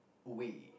way